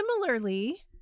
Similarly